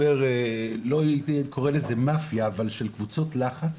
לא הייתי קורא לזה מאפיה, אבל של קבוצות לחץ,